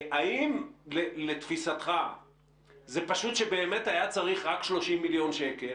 האם לתפיסתך זה פשוט שבאמת היה צריך רק 30 מיליון שקלים